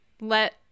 let